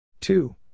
Two